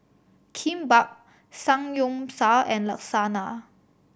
Kimbap Samgyeopsal and Lasagna